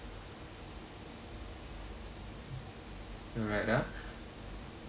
alright ah